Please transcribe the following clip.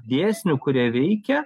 dėsnių kurie veikia